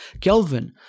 Kelvin